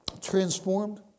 transformed